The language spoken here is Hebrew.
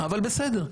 אבל בסדר.